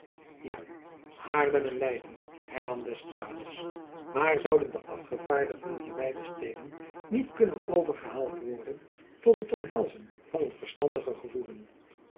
ja haarlem en leyden hernam d'estrades maar zouden de afgevaardigden dier beide steden niet kunnen overgehaald worden tot het omhelzen van een verstandiger gevoelen